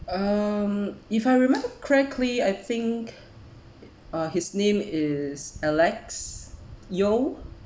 um if I remember correctly I think uh his name is alex Yong